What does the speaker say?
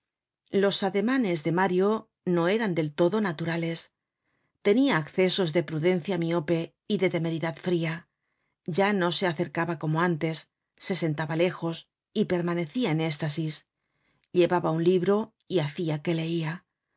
los ademanes de mario no eran del todo naturales tenia accesos de prudencia miope y de temeridad fria ya no se acercaba como antes se sentaba lejos y permanecia en éstasis llevsfca un libro y hacia que leia